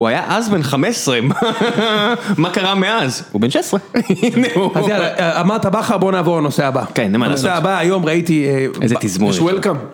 הוא היה אז בן חמש עשרה, מה קרה מאז? הוא בן שש עשרה. אז יאללה, אמרת בכר, בוא נעבור לנושא הבא. כן, אין מה לעשות, הנושא הבא היום ראיתי... איזה תזמון.